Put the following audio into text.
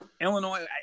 Illinois